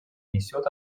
несет